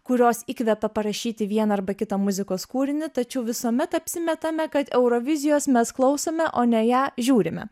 kurios įkvepia parašyti vieną arba kitą muzikos kūrinį tačiau visuomet apsimetame kad eurovizijos mes klausome o ne ją žiūrime